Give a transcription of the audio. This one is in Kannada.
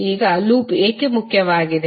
ಈಗ ಲೂಪ್ ಏಕೆ ಮುಖ್ಯವಾಗಿದೆ